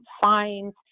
fines